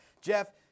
Jeff